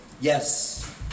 Yes